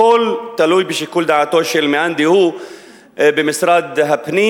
הכול תלוי בשיקול דעתו של מאן דהוא במשרד הפנים,